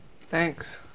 Thanks